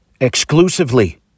Exclusively